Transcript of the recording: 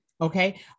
Okay